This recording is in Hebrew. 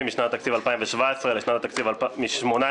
משנת התקציב 2018 לשנת התקציב 2019,